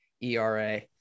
ERA